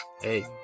Hey